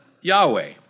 Yahweh